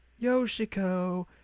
Yoshiko